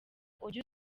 ujya